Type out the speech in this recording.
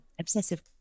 Obsessive